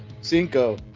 Cinco